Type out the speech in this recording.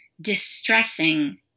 distressing